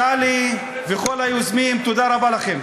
טלי וכל היוזמים, תודה רבה לכם.